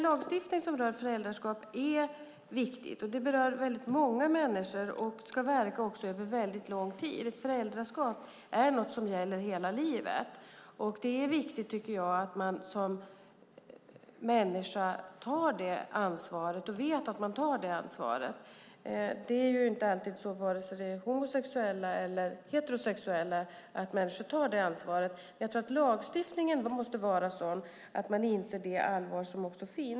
Lagstiftning som rör föräldraskap är viktigt, och det berör många människor och ska verka över lång tid. Ett föräldraskap är för livet. Det är viktigt att man som människa medvetet tar sitt ansvar. Alla tar inte detta ansvar, oavsett om man är homosexuell eller heterosexuell. Lagstiftningen måste vara sådan att alla inser allvaret.